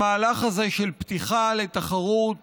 המהלך הזה של פתיחה לתחרות